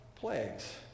plagues